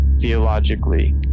theologically